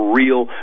real